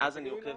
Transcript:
מאז אני עוקב